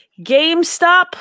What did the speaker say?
GameStop